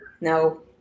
No